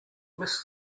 miss